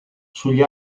sugli